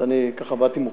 אז באתי מוכן.